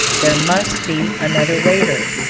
there must be another waiter,